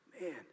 man